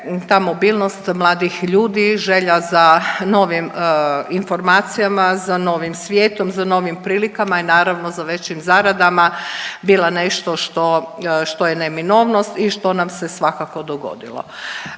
ta mobilnost mladih ljudi, želja za novim informacija, za novim svijetom, za novim prilikama i naravno za većim zaradama bila nešto što je neminovnost i što nam se svakako dogodilo.